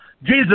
Jesus